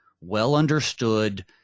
well-understood